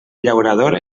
llaurador